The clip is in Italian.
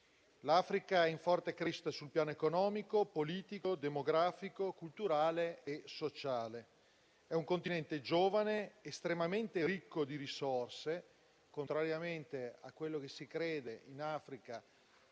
L'Africa è in forte crescita sul piano economico, politico, demografico, culturale e sociale. È un Continente giovane ed estremamente ricco di risorse: contrariamente a quello che si crede, in Africa